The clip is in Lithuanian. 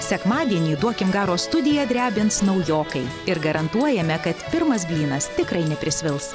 sekmadienį duokim garo studiją drebins naujokai ir garantuojame kad pirmas blynas tikrai neprisvils